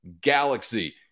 galaxy